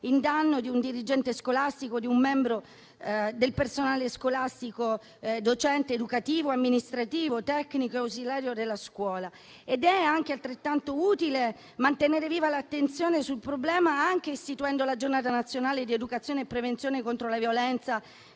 in danno di un dirigente scolastico o di un membro del personale scolastico docente, educativo, amministrativo, tecnico e ausiliario della scuola. È altrettanto utile mantenere viva l'attenzione sul problema, anche istituendo la Giornata nazionale di educazione e prevenzione contro la violenza